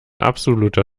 absoluter